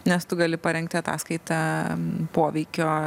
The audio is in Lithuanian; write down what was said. nes tu gali parengti ataskaitą poveikio